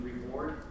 reward